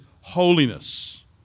holiness